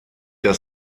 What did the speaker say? der